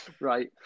Right